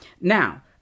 Now